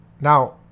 Now